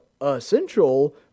essential